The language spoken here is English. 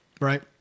right